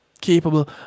capable